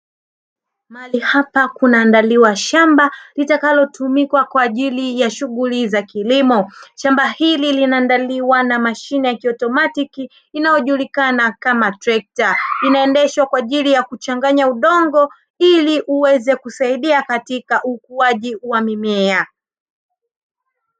Mahali hapa kunaandaliwa shamba litakalotumika kwa ajili ya shughuli za kilimo. Shamba hili linaandaliwa na mashine ya kiautomatiki inayojulikana kama trekta, inaendeshwa kwa ajili ya kuchanganya udongo ili uweze kusaidia katika ukuaji wa mimea.